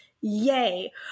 yay